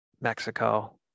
Mexico